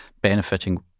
benefiting